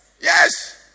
Yes